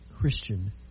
Christian